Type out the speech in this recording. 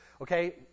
okay